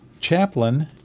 chaplain